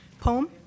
poem